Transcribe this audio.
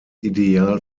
ideal